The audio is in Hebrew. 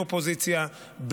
עם אופוזיציה,